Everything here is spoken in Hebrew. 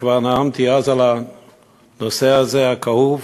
וכבר נאמתי אז על הנושא הזה, הכאוב,